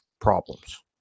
problems